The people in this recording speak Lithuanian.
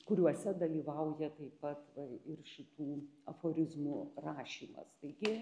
kuriuose dalyvauja taip pat ir šitų aforizmų rašymas taigi